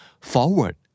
forward